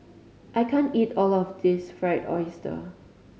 I can't eat all of this Fried Oyster